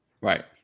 Right